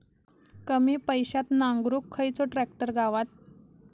कमी पैशात नांगरुक खयचो ट्रॅक्टर गावात?